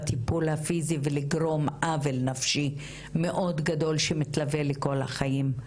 בטיפול הפיזי וגרימת עוול נפשי מאוד גדול שמתלווה לכל החיים,